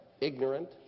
ignorant